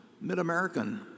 Mid-American